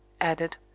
added